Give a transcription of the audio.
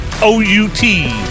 O-U-T